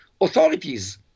authorities